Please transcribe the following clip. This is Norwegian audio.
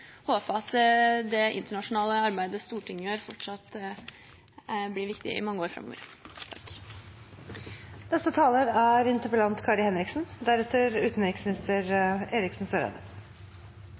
håper at det internasjonale arbeidet Stortinget gjør, fortsatt blir viktig i mange år framover. Først til representanten Enger Mehl: Det er